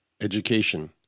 Education